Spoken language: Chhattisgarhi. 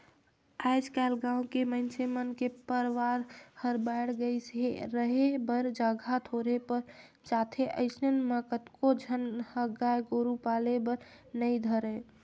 आयज कायल गाँव के मइनसे मन के परवार हर बायढ़ गईस हे, रहें बर जघा थोरहें पर जाथे अइसन म कतको झन ह गाय गोरु पाले बर नइ धरय